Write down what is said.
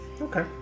Okay